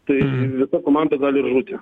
tai visa komanda gali žūti